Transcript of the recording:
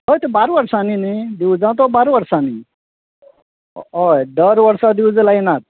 हय ते बारा वर्सांनी न्ही दिवजां तो बारा वर्सांनी हय दर वर्सा दिवजां लायनात